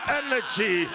energy